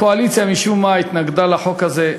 הקואליציה משום מה התנגדה לחוק הזה.